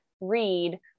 read